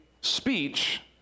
speech